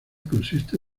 consiste